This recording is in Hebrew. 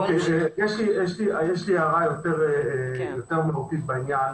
יש לי הערה יותר מהותית בעניין.